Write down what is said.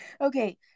okay